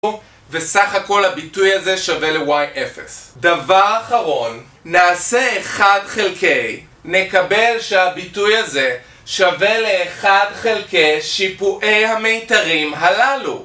וסך הכל הביטוי הזה שווה ל-y0. דבר אחרון, נעשה 1 חלקי, נקבל שהביטוי הזה שווה ל-1 חלקי שיפועי המיתרים הללו